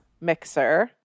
Mixer